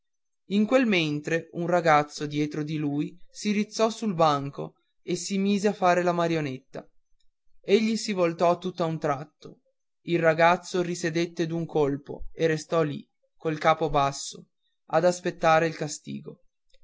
in quel mentre un ragazzo dietro di lui si rizzò sul banco e si mise a fare la marionetta egli si voltò tutt'a un tratto il ragazzo risedette d'un colpo e restò lì col capo basso ad aspettare il castigo